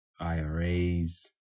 IRAs